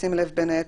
בשים לב בין היתר,